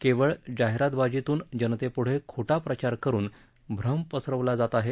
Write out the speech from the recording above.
केवळ जाहिरातबाजीतून जनतेपुढे खोटा प्रचार करुन भ्रम पसरवला जात आहे